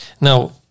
Now